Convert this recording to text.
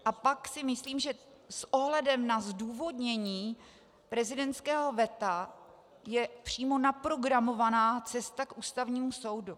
A pak si myslím, že s ohledem na zdůvodnění prezidentského veta je přímo naprogramovaná cesta k Ústavnímu soudu.